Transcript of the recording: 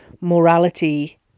morality